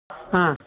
ಹಾಂ